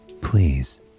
Please